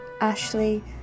Ashley